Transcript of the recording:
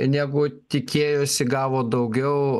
negu tikėjosi gavo daugiau